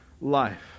life